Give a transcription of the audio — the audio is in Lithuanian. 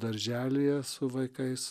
darželyje su vaikais